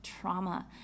trauma